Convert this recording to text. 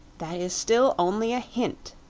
that is still only a hint,